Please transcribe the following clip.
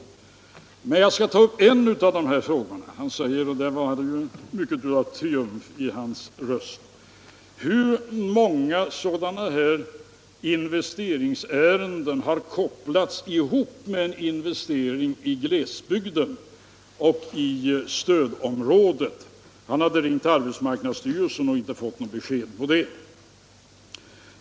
Jag skall emellertid ta upp en av de där frågorna. Han frågade — och där fanns det en mycket glad triumf i hans röst — hur många sådana investeringsärenden som har kopplats ihop med en investering i glesbygden och i stödområdet. Han hade ringt till arbetsmarknadsstyrelsen men inte fått något besked om detta.